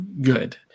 good